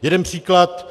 Jeden příklad.